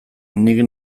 nik